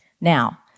Now